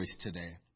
today